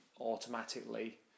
automatically